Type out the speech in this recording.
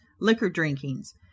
liquor-drinkings